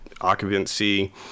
occupancy